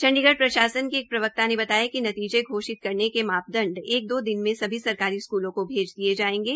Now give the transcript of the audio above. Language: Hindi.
चंडीगढ़ प्रशासन के एक प्रवक्ता ने बताया कि नतीजे घोषित करने के मापदंड एक दो दिन में सभी सरकारी स्कूलों को भेज दिये जायेंगे